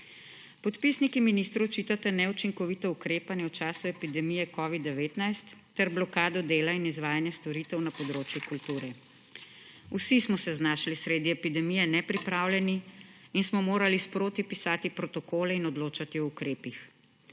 Podpisniki ministru očitate neučinkovito ukrepanje v času epidemije covid-19 ter blokado dela in izvajanja storitev na področju kulture. Vsi smo se znašli sredi epidemije nepripravljeni in smo morali sproti pisati protokole in odločati o ukrepih.